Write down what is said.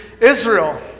Israel